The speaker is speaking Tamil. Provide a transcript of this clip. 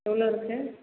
எவ்வளோ இருக்குது